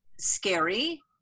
scary